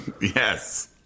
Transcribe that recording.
Yes